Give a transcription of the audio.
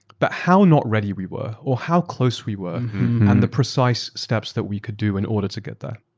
but how not ready we were or how close we were and the precise steps that we could do in order to get there.